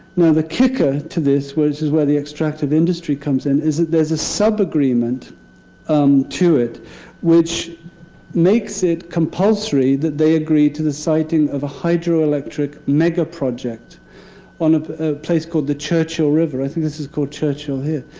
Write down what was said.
now the kicker to this, which is where the extractive industry comes in, is that there's a subagreement um to it which makes it compulsory that they agree to the siting of a hydroelectric mega project on a place called the churchill river. i think this is called churchill, here.